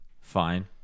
fine